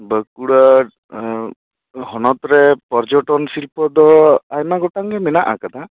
ᱵᱟᱸᱠᱩᱲᱟ ᱦᱚᱱᱚᱛᱨᱮ ᱯᱚᱨᱡᱚᱴᱚᱱ ᱥᱤᱞᱯᱚ ᱫᱚ ᱟᱭᱢᱟ ᱜᱚᱴᱟᱝᱜᱮ ᱢᱮᱱᱟᱜ ᱟᱠᱟᱫᱟ